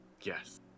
Yes